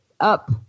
up